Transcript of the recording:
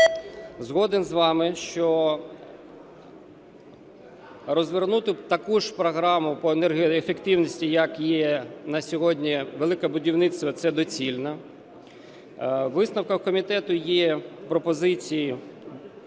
Згоден з вами, що розвернути таку ж програму по енергоефективності, як є на сьогодні "Велике будівництво", це доцільно. У висновках комітету є пропозиції,